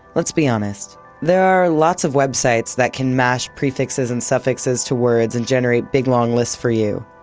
let's be honest there are lots of websites that can mash prefixes and suffixes to words and generate big long lists for you.